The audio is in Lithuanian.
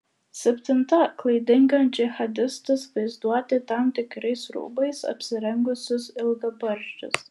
septinta klaidinga džihadistus vaizduoti tam tikrais rūbais apsirengusius ilgabarzdžius